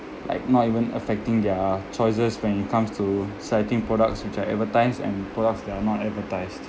like not even affecting their choices when it comes to selecting products which are advertised and products that are not advertised